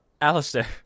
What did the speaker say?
Alistair